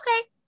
okay